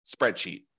spreadsheet